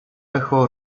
echo